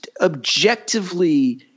objectively